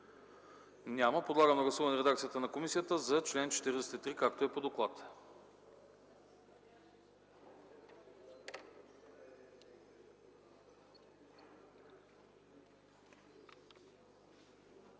Няма. Подлагам на гласуване редакцията на комисията за чл. 42, както е по доклада.